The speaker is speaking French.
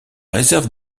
réserve